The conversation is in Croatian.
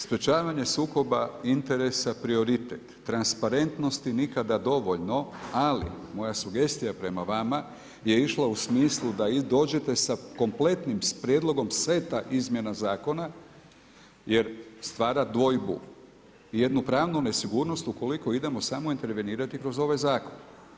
Sprječavanje sukoba interesa prioritet, transparentnosti nikada dovoljno ali moja sugestija prema vama je išla u smislu da dođete sa kompletnim prijedlogom seta izmjena zakona jer stvara dvojbu, jednu pravnu nesigurnost ukoliko idemo samo intervenirati kroz ovaj zakon.